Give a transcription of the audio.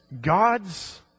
God's